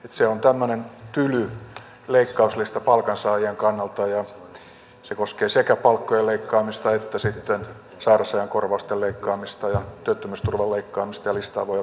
se on tämmöinen tyly leikkauslista palkansaajien kannalta ja se koskee sekä palkkojen leikkaamista että sitten sairausajan korvausten leikkaamista ja työttömyysturvan leikkaamista ja listaa voi jatkaa aika pitkälle